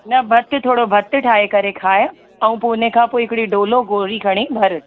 न भतु थोरो भतु ठाहे करे ख़ा ऐं अच्छा ठीकु आहे तव्हां पोइ घणा माण्हू आहियो